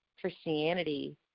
Christianity